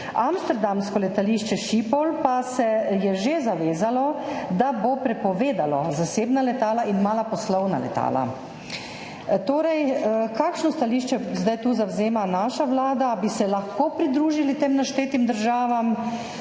Amsterdamsko letališče Schiphol pa se je že zavezalo, da bo prepovedalo zasebna letala in mala poslovna letala. Kakšno stališče zdaj tu zavzema naša vlada? Bi se lahko pridružili tem naštetim državam?